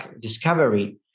discovery